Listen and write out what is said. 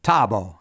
Tabo